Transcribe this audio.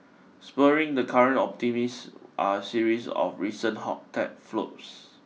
spurring the current optimism are a series of recent hot tech floats